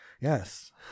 yes